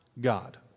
God